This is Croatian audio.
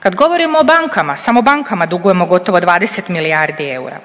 Kad govorimo o bankama, samo bankama dugujemo gotovo 20 milijardi eura,